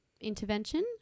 intervention